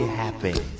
happy